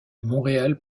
montréal